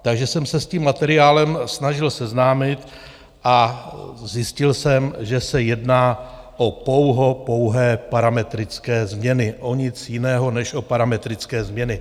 Takže jsem se s tím materiálem snažil seznámit a zjistil jsem, že se jedná o pouhopouhé parametrické změny, o nic jiného než o parametrické změny.